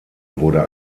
wurde